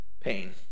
pain